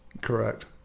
Correct